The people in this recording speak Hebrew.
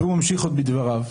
והוא ממשיך בדבריו.